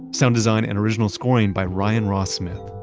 sound design and original scoring by ryan ross smith.